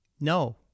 No